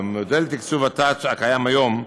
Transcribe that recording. במודל תקצוב ות"ת הקיים היום,